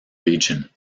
region